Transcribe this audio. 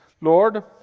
Lord